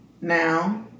Now